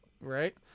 Right